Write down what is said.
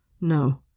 No